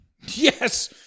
Yes